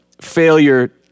failure